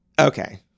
Okay